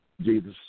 Jesus